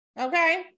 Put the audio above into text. okay